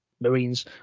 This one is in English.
marines